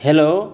hello